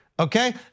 okay